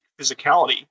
physicality